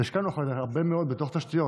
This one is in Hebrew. השקענו אחר כך הרבה מאוד בתשתיות.